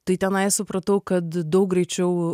tai tenai supratau kad daug greičiau